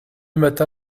matin